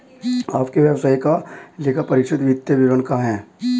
आपके व्यवसाय का लेखापरीक्षित वित्तीय विवरण कहाँ है?